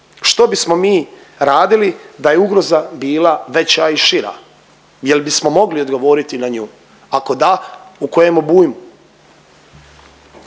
Što bismo mi radili da je ugroza bila veća i šira. Jel bismo mogli odgovoriti na nju, ako da u kojem obujmu?